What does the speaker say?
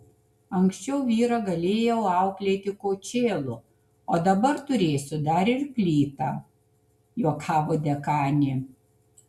anksčiau vyrą galėjau auklėti kočėlu o dabar turėsiu dar ir plytą juokavo dekanė